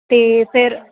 ਅਤੇ ਫਿਰ